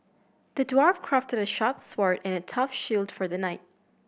the dwarf crafted a sharp sword and a tough shield for the knight